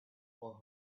for